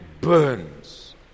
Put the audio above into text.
burns